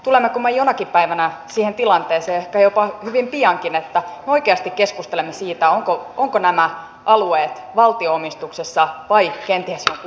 tulemmeko me jonakin päivänä siihen tilanteeseen ehkä jopa hyvin piankin että me oikeasti keskustelemme siitä ovatko nämä alueet valtion omistuksessa vai kenties jonkun ulkopuolisen omistuksessa